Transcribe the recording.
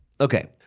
Okay